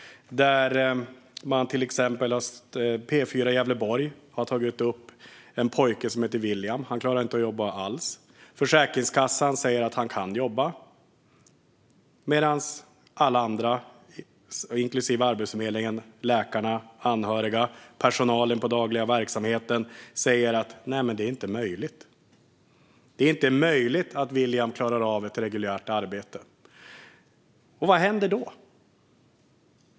Till exempel har P4 Gävleborg tagit upp en pojke som heter William. Han klarar inte att jobba alls. Försäkringskassan säger att han kan jobba, medan alla andra - inklusive Arbetsförmedlingen, läkarna, de anhöriga och personalen på den dagliga verksamheten - säger att det inte är möjligt. Det är inte möjligt att William klarar av ett reguljärt arbete. Vad händer då?